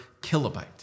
kilobyte